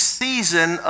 season